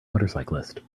motorcyclist